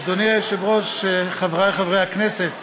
אדוני היושב-ראש, חברי חברי הכנסת,